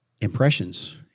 Impressions